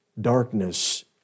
darkness